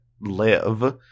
live